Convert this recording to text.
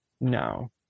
No